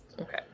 Okay